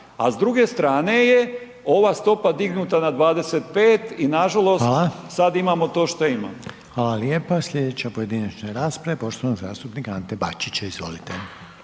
A s druge strane je ova stopa dignuta na 25 i nažalost, sad imamo to što imamo. **Reiner, Željko (HDZ)** Hvala lijepa. Slijedeća pojedinačna rasprava je poštovanog zastupnika Ante Bačića, izvolite.